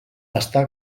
està